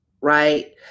right